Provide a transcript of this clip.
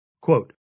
Quote